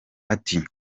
ati